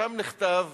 שם נכתב: